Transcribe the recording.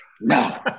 no